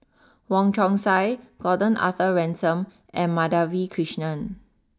Wong Chong Sai Gordon Arthur Ransome and Madhavi Krishnan